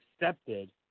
accepted